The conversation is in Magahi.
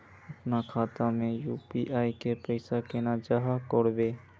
अपना खाता में यू.पी.आई के पैसा केना जाहा करबे?